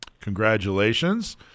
Congratulations